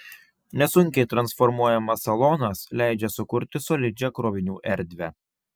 nesunkiai transformuojamas salonas leidžia sukurti solidžią krovinių erdvę